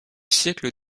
siècle